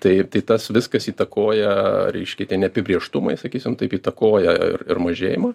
taip tai tas viskas įtakoja reiškia tie neapibrėžtumai sakysim taip įtakoja ir ir mažėjimą